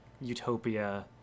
utopia